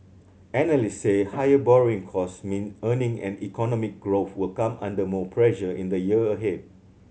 analysts say higher borrowing costs mean earning and economic growth will come under more pressure in the year ahead